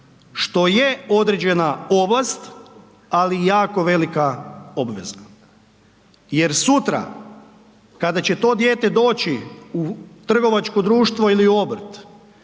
što je određena ovlast, ali jako velika obveza jer sutra kada će to dijete doći u trgovačko društvo ili obrt,